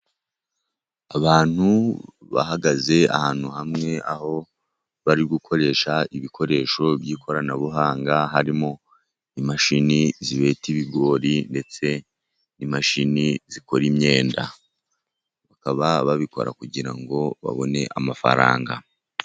Abantu bahagaze ahantu hamwe, aho bari gukoresha ibikoresho by'ikoranabuhanga harimo imashini zibeta ibigori, ndetse n'imashini zikora imyenda. Bakaba babikora kugira ngo babone amafaranga.